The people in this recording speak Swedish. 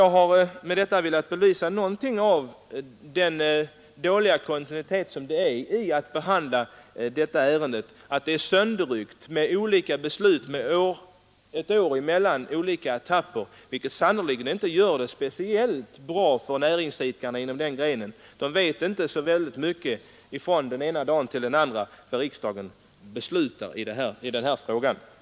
Jag har med detta velat belysa den dåliga behandlingen av detta ärende — det är sönderryckt genom olika beslut och ett år mellan olika etapper, vilket sannerligen inte gör det speciellt bra för näringsidkarna inom den grenen. De vet inte från den ena dagen till den andra vad riksdagen beslutar i denna fråga.